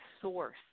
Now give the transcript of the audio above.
source